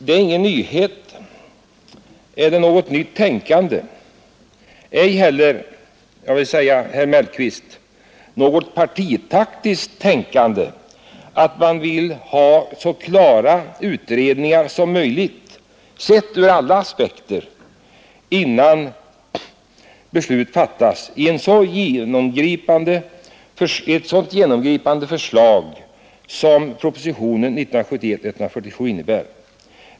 Det är ingen nyhet eller något nytt tänkande, ej heller — det vill jag säga till herr Mellqvist — något partitaktiskt tänkande att man vill ha så klara utredningar som möjligt, sett ur alla aspekter, innan beslut fattas när det gäller så genomgripande förslag som propositionen 147 år 1971 innebär.